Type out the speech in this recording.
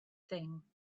thing